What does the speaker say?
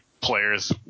players